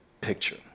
picture